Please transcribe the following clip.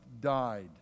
died